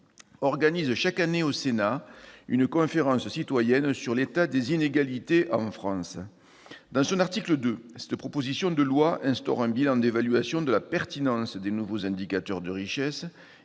organiserait chaque année au Sénat une conférence citoyenne sur l'état des inégalités en France. L'article 2 de la proposition de loi instaure un bilan d'évaluation de la pertinence des nouveaux indicateurs de richesse